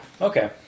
Okay